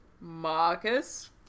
Marcus